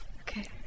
okay